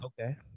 okay